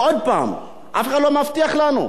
ועוד הפעם, אף אחד לא מבטיח לנו.